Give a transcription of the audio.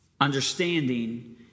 understanding